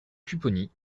pupponi